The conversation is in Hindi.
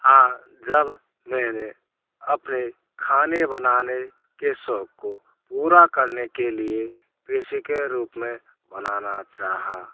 हाँ जब मैंने अपने खाने बनाने के शौक़ को पूरा करने के लिए पेशे के रूप में बनाना चाहा